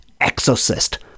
exorcist